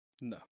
no